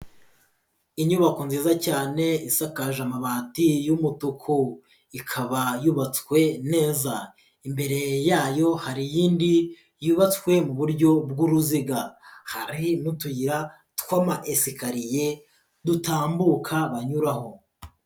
Inyubako nziza cyane isakaje amabati y'umutuku, ikaba yubatswe neza. Imbere yayo hari iyindi yubatswe mu buryo bw'uruziga, hari n'utuyira tw'amayesikariye dutambuka banyuraho.